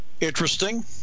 interesting